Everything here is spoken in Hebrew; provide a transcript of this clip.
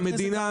המדינה,